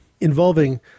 involving